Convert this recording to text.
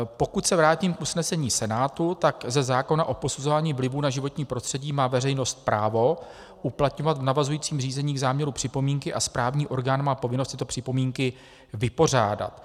Pokud se vrátím k usnesení Senátu, tak ze zákona o posuzování vlivu na životní prostředí má veřejnost právo uplatňovat v navazujícím řízení k záměru připomínky a správní orgán má povinnost tyto připomínky vypořádat.